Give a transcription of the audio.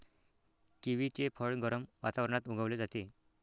किवीचे फळ गरम वातावरणात उगवले जाते